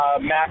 Mac